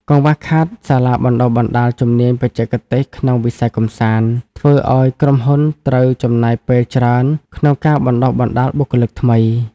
កង្វះខាតសាលាបណ្តុះបណ្តាលជំនាញបច្ចេកទេសក្នុងវិស័យកម្សាន្ត ធ្វើឱ្យក្រុមហ៊ុនត្រូវចំណាយពេលច្រើនក្នុងការបណ្តុះបណ្តាលបុគ្គលិកថ្មី។